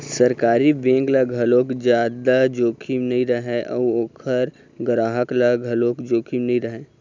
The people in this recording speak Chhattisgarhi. सरकारी बेंक ल घलोक जादा जोखिम नइ रहय अउ ओखर गराहक ल घलोक जोखिम नइ रहय